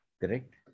correct